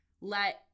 let